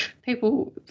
People